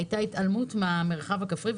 היתה התעלמות מהמרחב הכפרי.